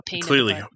clearly